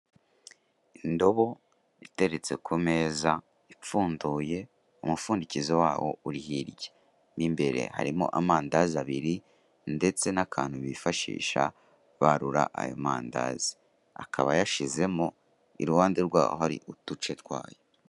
Indobo iteretse ku meza ipfunduye umupfundikizo wayo uri hirya, mo imbere harimo amandazi abiri ndetse n'akantu bifaisha barura ayomanandaz,i akaba yashyizemo iruhande rw'aho hari uduce twayo